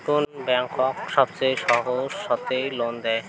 কোন ব্যাংক সবচেয়ে সহজ শর্তে লোন দেয়?